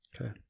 Okay